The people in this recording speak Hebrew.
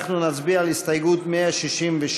אנחנו נצביע על הסתייגות 166,